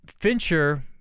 Fincher